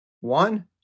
One